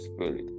Spirit